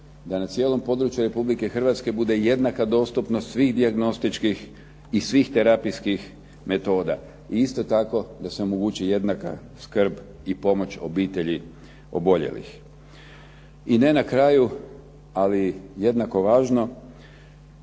da na cijelom području Republike Hrvatske bude jednaka dostupnost svih dijagnostičkih i svih terapijskih metoda. I isto tako da se omogući jednaka skrb i pomoć obitelji oboljelih. I ne na kraju, ali jednako važno,